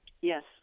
Yes